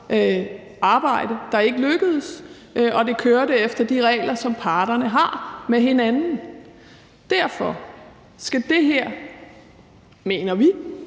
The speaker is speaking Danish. arbejde, der ikke lykkedes, og det kørte efter de regler, som parterne har med hinanden. Derfor: Skal det her – mener vi